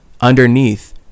underneath